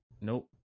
Nope